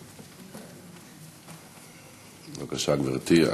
בבקשה, גברתי.